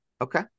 Okay